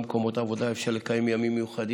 גם במקומות העבודה אפשר לקיים ימים מיוחדים,